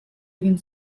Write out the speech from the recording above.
egin